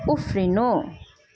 उफ्रिनु